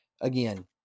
Again